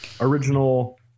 original